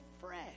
fresh